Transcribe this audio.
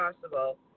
possible